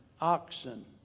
oxen